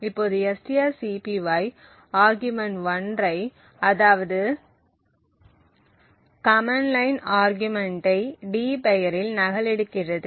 இப்போது strcpy argument 1 ஐ அதாவது கமெண்ட் லைன் ஆர்கியூமென்ட்டை d பெயரில் நகலெடுக்கிறது